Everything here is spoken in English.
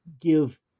give